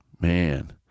Man